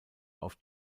auf